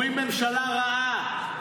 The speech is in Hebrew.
אומרים "ממשלה רעה".